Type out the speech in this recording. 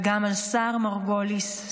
וגם על סער מרגוליס,